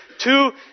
two